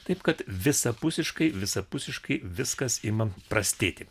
taip kad visapusiškai visapusiškai viskas ima prastėti